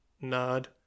nod